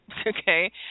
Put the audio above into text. okay